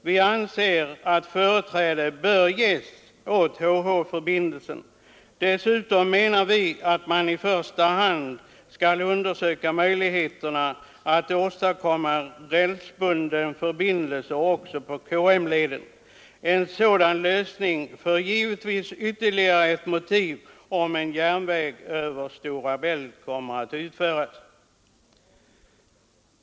Vi anser att företräde bör ges åt HH-förbindelsen. Dessutom menar vi att man i första hand skall undersöka möjligheterna att åstadkomma rälsbunden förbindelse också på KM leden. En sådan lösning får givetvis ytterligare ett motiv, om en järnväg över Stora Bält kommer att utföras.